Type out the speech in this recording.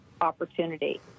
opportunity